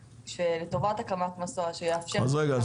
לטובת הקמת מסוע שיאפשר --- בצורה טובה ובטוחה יותר.